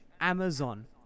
Amazon